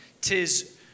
tis